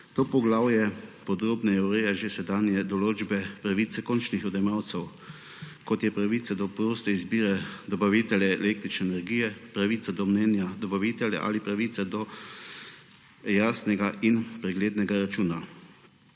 To poglavje podrobneje ureja že sedanje določbe pravice končnih odjemalcev, kot je pravica do proste izbire dobavitelja električne energije, pravica do menjave dobavitelja ali pravica do jasnega in preglednega računa.